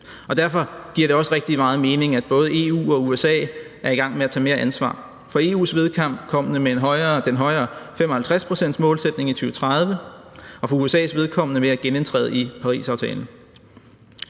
derfor giver det også rigtig meget mening, at både EU og USA er i gang med at tage mere ansvar. For EU's vedkommende er det med den højere 55-procentsmålsætning i 2030, og for USA's vedkommende er det ved at genindtræde i Parisaftalen.